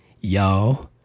y'all